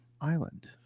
Island